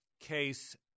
case